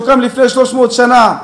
שהוקם לפני 300 שנה.